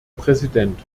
präsident